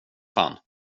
fan